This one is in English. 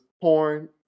porn